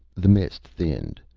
the mist thinned.